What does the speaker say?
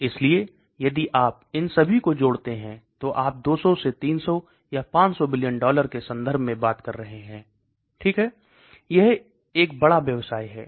इसलिए यदि आप इन सभी को जोड़ते हैं तो आप 200 से 300 या 500 बिलियन डॉलर के संदर्भ में बात कर रहे हैं ठीक है यह एक बड़ा व्यवसाय है